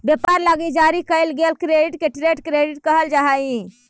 व्यापार लगी जारी कईल गेल क्रेडिट के ट्रेड क्रेडिट कहल जा हई